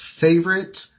favorite